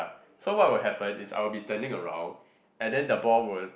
so what will happen is I will be standing around and then the ball would